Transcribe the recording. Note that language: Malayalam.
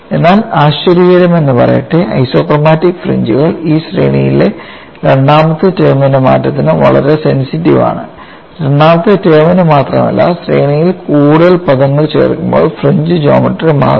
എന്നാൽ ആശ്ചര്യകരമെന്നു പറയട്ടെ ഐസോക്രോമാറ്റിക് ഫ്രിഞ്ച്കൾ ഈ ശ്രേണിയിലെ രണ്ടാമത്തെ ടേമിന്റെ മാറ്റതിന് വളരെ സെൻസിറ്റീവ് ആണ് രണ്ടാമത്തെ ടേമിന് മാത്രമല്ല ശ്രേണിയിൽ കൂടുതൽ പദങ്ങൾ ചേർക്കുമ്പോൾ ഫ്രിഞ്ച് ജോമട്രി മാറുന്നു